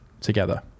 together